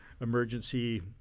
emergency